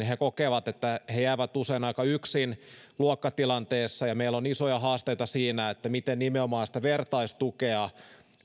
kokevat että he jäävät usein aika yksin luokkatilanteessa ja meillä on isoja haasteita siinä miten nimenomaan sitä vertaistukea